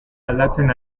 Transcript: aldatzen